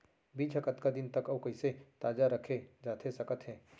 बीज ह कतका दिन तक अऊ कइसे ताजा रखे जाथे सकत हे?